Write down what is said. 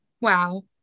wow